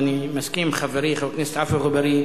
ואני מסכים עם חברי חבר הכנסת עפו אגבאריה,